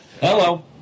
Hello